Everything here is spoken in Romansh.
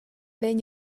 vegn